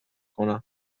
کنم